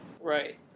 Right